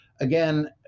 again